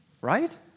Right